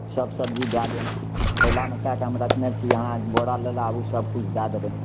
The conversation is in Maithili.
सभ सबजी दए देम थैलामे कए कऽ हम रखने छी अहाँ बोड़ा लेले आबू सभकिछु दए देबै